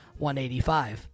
185